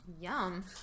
Yum